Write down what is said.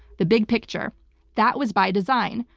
the big picture that was by design.